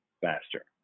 faster